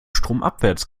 stromabwärts